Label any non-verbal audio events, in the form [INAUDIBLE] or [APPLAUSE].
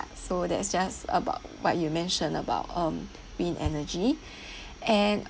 so that's just about what you mentioned about um green energy [BREATH] and